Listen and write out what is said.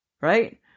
right